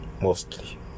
Mostly